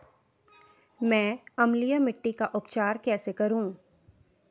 मैं अम्लीय मिट्टी का उपचार कैसे करूं?